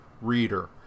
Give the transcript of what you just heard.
Reader